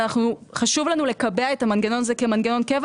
אבל חשוב לנו לקבע את המנגנון הזה כמנגנון קבע